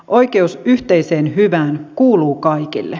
oikeus yhteiseen hyvään kuuluu kaikille